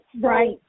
Right